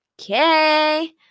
Okay